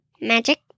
Magic